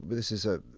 but this is a